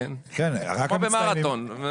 כמו במרתון.